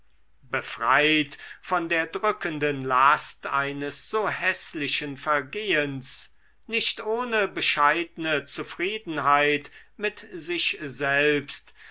befreit von der drückenden last eines so häßlichen vergehens nicht ohne bescheidne zufriedenheit mit sich selbst